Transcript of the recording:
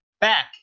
Back